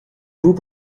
vous